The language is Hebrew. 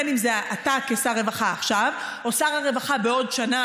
בין אם זה אתה כשר רווחה עכשיו או שר הרווחה בעוד שנה,